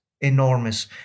Enormous